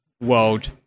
world